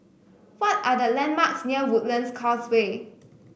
what are the landmarks near Woodlands Causeway